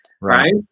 right